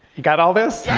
you got all this?